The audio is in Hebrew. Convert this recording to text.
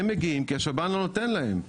הם מגיעים כי השב"ן לא נותן להם.